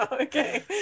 Okay